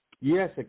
Yes